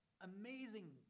amazing